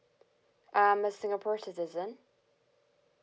I'm a singapore citizen